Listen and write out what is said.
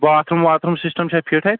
باتھ room washroom system چھا fit اَتہِ